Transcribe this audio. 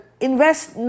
Invest